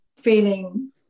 feeling